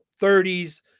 30s